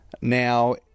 Now